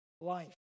life